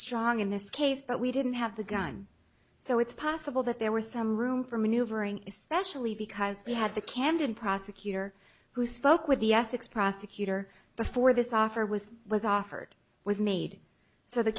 strong in this case but we didn't have the gun so it's possible that there were some room for maneuvering especially because we had the camden prosecutor who spoke with the essex prosecutor before this offer was was offered was made so the